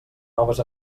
noves